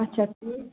اَچھا ٹھیٖک